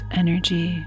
energy